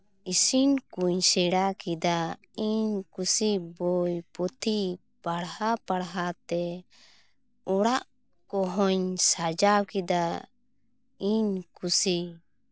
ᱤᱥᱤᱱ ᱠᱩᱧ ᱥᱮᱬᱟ ᱠᱮᱫᱟ ᱤᱧ ᱠᱩᱥᱤ ᱵᱳᱭ ᱯᱩᱛᱷᱤ ᱯᱟᱲᱦᱟᱣ ᱯᱟᱲᱦᱟᱣ ᱛᱮ ᱚᱲᱟᱜ ᱠᱚᱦᱚᱸᱧ ᱥᱟᱡᱟᱣ ᱠᱮᱫᱟ ᱤᱧ ᱠᱩᱥᱤ